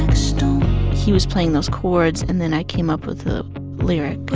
stone he was playing those chords, and then i came up with the lyric